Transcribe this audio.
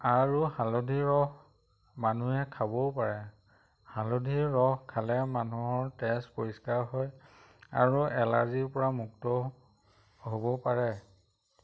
আৰু হালধি ৰস মানুহে খাবও পাৰে হালধিৰ ৰস খালে মানুহৰ তেজ পৰিষ্কাৰ হয় আৰু এলাৰ্জিৰ পৰা মুক্ত হ'ব পাৰে